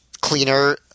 cleaner